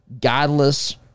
godless